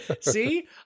See